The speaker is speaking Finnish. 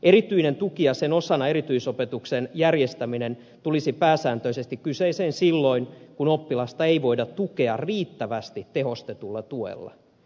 erityinen tuki ja sen osana erityisopetuksen järjestäminen tulisi pääsääntöisesti kyseeseen silloin kun oppilasta ei voida tukea riittävästi tehostetulla tuella